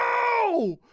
oh